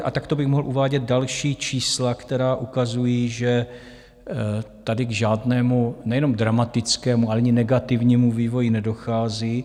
A takto bych mohl uvádět další čísla, která ukazují, že tady k žádnému nejenom dramatickému, ale ani negativnímu vývoji nedochází.